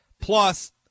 plus